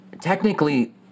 technically